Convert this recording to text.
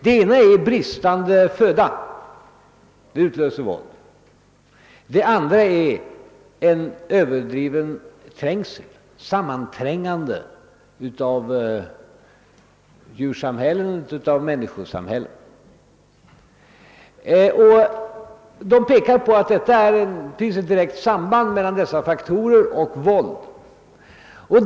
Det ena är bristande föda. Det utlöser våld. Det andra är en överdriven trängsel, ett sammanträngande av djursamhällen eller människosamhällen. De framhåller att det finns ett direkt samband mellan dessa faktorer och våld.